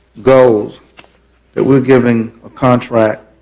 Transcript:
goals that we are giving a contract